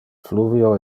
fluvio